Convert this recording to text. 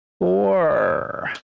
four